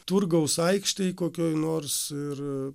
turgaus aikštėj kokioj nors ir